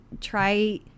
try